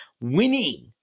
winning